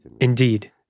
Indeed